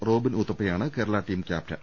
Robin ഉത്തപ്പയാണ് കേരളത്തിന്റെ team captain